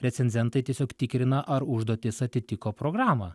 recenzentai tiesiog tikrina ar užduotys atitiko programą